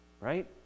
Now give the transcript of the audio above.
right